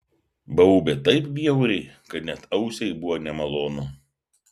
baubė taip bjauriai kad net ausiai buvo nemalonu